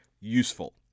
useful